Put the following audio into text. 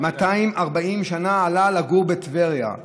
לפני 240 שנה הוא עלה לגור בטבריה.